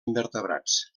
invertebrats